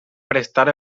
prestar